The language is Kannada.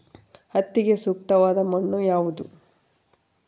ಹತ್ತಿಗೆ ಸೂಕ್ತವಾದ ಮಣ್ಣು ಯಾವುದು?